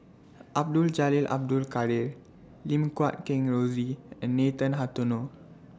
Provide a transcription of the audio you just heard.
Abdul Jalil Abdul Kadir Lim Guat Kheng Rosie and Nathan Hartono